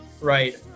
Right